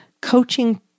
Coaching